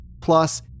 Plus